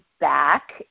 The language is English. back